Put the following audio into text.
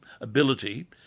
ability